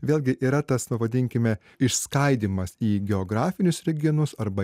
vėlgi yra tas pavadinkime išskaidymas į geografinius regionus arba